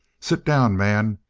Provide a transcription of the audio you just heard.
sit down, man,